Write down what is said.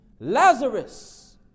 Lazarus